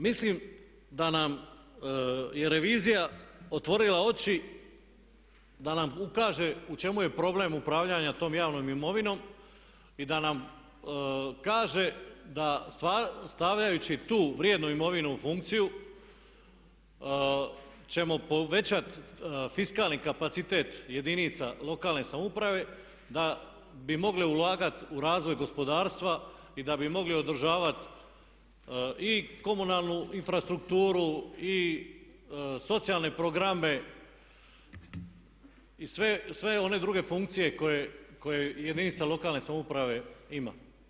Mislim da nam je revizija otvorila oči da nam ukaže u čemu je problem upravljanja tom javnom imovinom i da nam kaže da stavljajući tu vrijednu imovinu u funkciju ćemo povećati fiskalni kapacitet jedinica lokalne samouprave da bi mogle ulagati u razvoj gospodarstva i da bi mogli održavat i komunalnu infrastrukturu i socijalne programe i sve one druge funkcije koje jedinica lokalne samouprave ima.